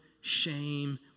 shame